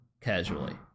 casually